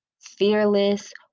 fearless